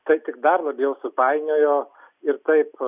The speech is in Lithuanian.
tai tik dar labiau supainiojo ir taip